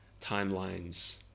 timelines